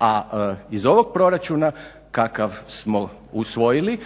a iz ovog proračuna kakav smo usvojili